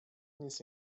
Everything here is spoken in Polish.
nic